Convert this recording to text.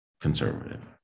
conservative